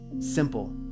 Simple